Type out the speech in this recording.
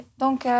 donc